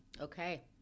Okay